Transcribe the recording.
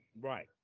right